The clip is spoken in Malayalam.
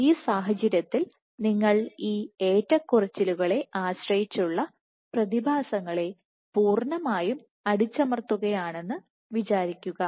ഈ സാഹചര്യത്തിൽ നിങ്ങൾ ഈ ഏറ്റക്കുറച്ചിലുകളെ ആശ്രയിച്ചുള്ള പ്രതിഭാസങ്ങളെ പൂർണ്ണമായും അടിച്ചമർത്തുകയാണെന്ന് വിചാരിക്കുക